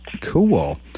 cool